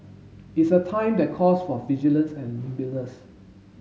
it's a time that calls for vigilance and nimbleness